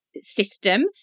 System